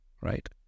right